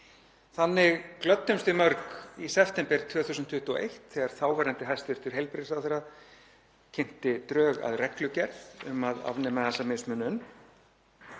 Þannig glöddumst við mörg í september 2021 þegar þáverandi hæstv. heilbrigðisráðherra kynnti drög að reglugerð um að afnema þessa mismunun.